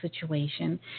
situation